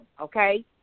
okay